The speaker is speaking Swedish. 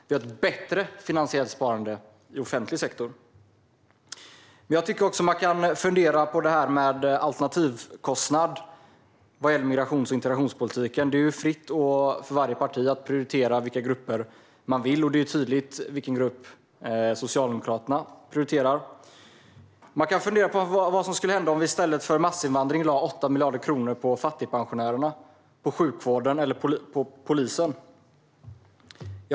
Vi har ett bättre finansiellt sparande i offentlig sektor. Man kan också fundera på detta med alternativkostnad vad gäller migrations och integrationspolitiken. Det står varje parti fritt att välja vilka grupper man vill prioritera, och det är tydligt vilken grupp Socialdemokraterna prioriterar. Vad skulle hända om vi lade 8 miljarder kronor på fattigpensionärerna, sjukvården eller polisen i stället för på massinvandringen?